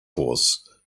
horse